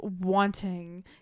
wanting